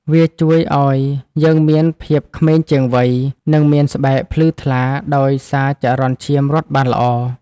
វាជួយឱ្យយើងមានភាពក្មេងជាងវ័យ និងមានស្បែកភ្លឺថ្លាដោយសារចរន្តឈាមរត់បានល្អ។